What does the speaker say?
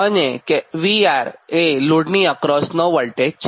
અને VR એ લોડની અક્રોસ નો વોલ્ટેજ છે